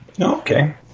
Okay